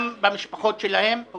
גם במשפחות שלהם -- אל תגיד "בוגד".